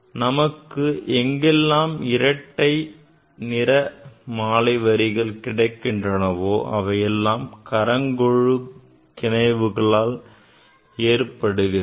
நமக்கு எங்கெல்லாம் இரட்டை நிறமாலை வரிகள் கிடைக்கின்றனவோ அவை எல்லாம் கறங்கலொழுக்கிணைகளால் ஏற்படுகிறது